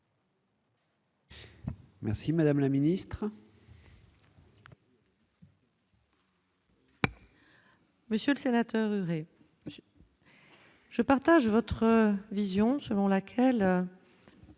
Merci madame la ministre.